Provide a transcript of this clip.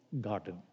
garden